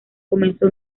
comenzó